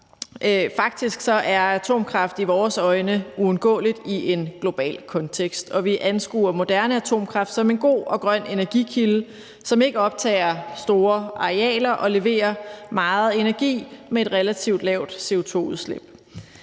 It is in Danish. Faktisk er atomkraft i vores øjne uundgåeligt i en global kontekst, og vi anskuer moderne atomkraft som en god og grøn energikilde, som ikke optager store arealer, og som leverer meget energi med et relativt lavt CO2-udslip.